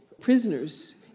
prisoners